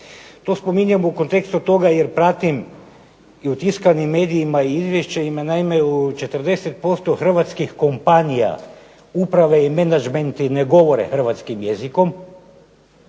To spominjem u kontekstu toga jer pratim i u tiskanim medijima izvješće ima naime u 40% hrvatskih kompanija. Uprava i menadžmenti ne govore hrvatskim jezikom,